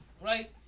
right